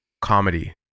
comedy